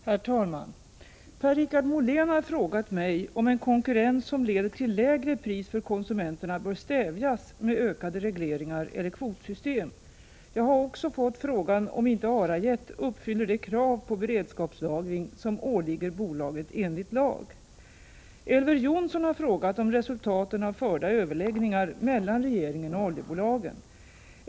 Herr talman! Per-Richard Molén har frågat mig om en konkurrens som leder till lägre pris för konsumenterna bör stävjas med ökade regleringar eller kvotsystem. Jag har också fått frågan om inte ARA-JET uppfyller de krav på beredskapslagring som åligger bolaget enligt lag. Elver Jonsson har frågat om resultaten av förda överläggningar mellan regeringen och oljebolagen.